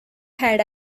had